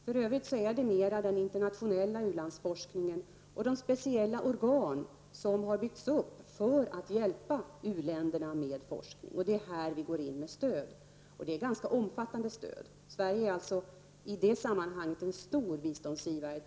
För övrigt finns den internationella forskningen och de speciella organ som byggts upp för att hjälpa uländerna med forskning. Det är där vi går in med stöd. Det är ganska omfattande stöd. Sverige är alltså i det sammanhanget en stor biståndsgivare.